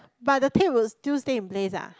but the pick will still stay in place ah